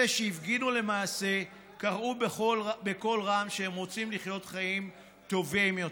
אלה שהפגינו קראו בקול רם שהם רוצים לחיות חיים טובים יותר,